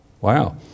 Wow